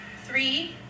three